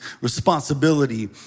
responsibility